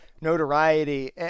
notoriety